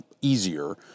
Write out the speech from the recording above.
easier